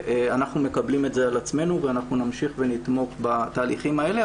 אנחנו מקבלים את זה על עצמנו ואנחנו נמשיך ונתמוך בתהליכים האלה.